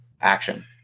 action